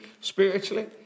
spiritually